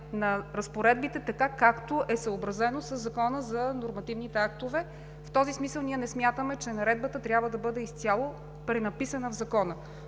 на разпоредбите така, както е съобразено със Закона за нормативните актове. В този смисъл не смятаме, че Наредбата трябва да бъде изцяло пренаписана в Закона.